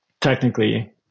technically